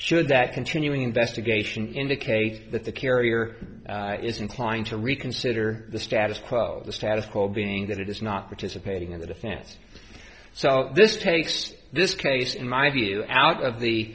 should that continuing investigation indicate that the carrier is inclined to reconsider the status quo the status quo being that it is not participating in the defense so this takes this case in my view out of the